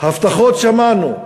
הבטחות שמענו ובשפע,